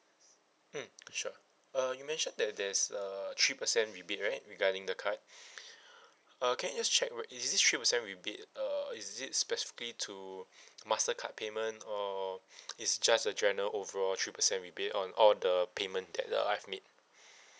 mm sure uh you mentioned that there's uh three percent rebate right regarding the card uh can I just check what is this three percent rebate uh is it specifically to mastercard payment or it's just a general overall three percent rebate on all the payment that I've made